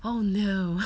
oh no